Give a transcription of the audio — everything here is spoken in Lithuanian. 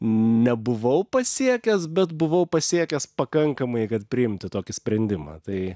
nebuvau pasiekęs bet buvau pasiekęs pakankamai kad priimti tokį sprendimą tai